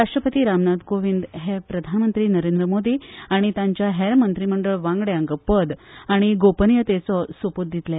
राष्ट्रपती राम नाथ कोवींद हे प्रधानमंत्री नरेंद्र मोदी आनी तांच्या हेर मंत्रीमंडळ वांगड्यांक पद आनी गोपनियतेचो सोपुत दितले